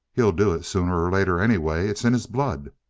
he'll do it sooner or later anyway. it's in his blood.